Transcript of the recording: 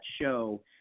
show